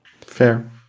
Fair